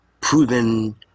proven